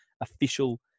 official